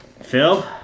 Phil